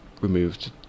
removed